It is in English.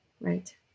Right